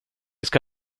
ska